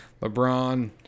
LeBron